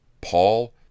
Paul